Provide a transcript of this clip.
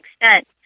extent